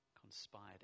conspired